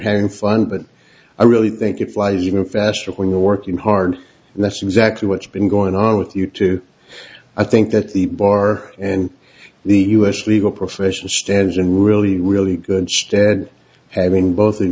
having fun but i really think it flies even faster when you're working hard and that's exactly what's been going on with you too i think that the bar and the us legal profession stands in really really good stead having both